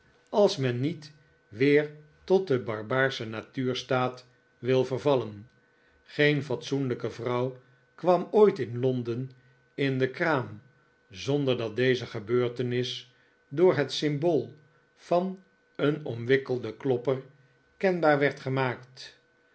als men niet weer tot den barbaarschen natuurstaat wil vervallen geen fatsoenlijke vrouw kwam ooit in londen in de kraam zonder dat deze gebeurtenis door het symbool van een omwikkelden klopper kenbaar werd gemaakt